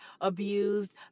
abused